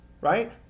Right